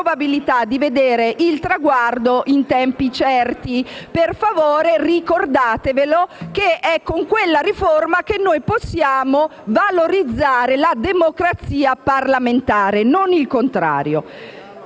di vedere il traguardo in tempi certi. Ricordate, per favore, che è con quella riforma che noi possiamo valorizzare la democrazia parlamentare e non il contrario.